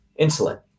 insulin